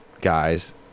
guys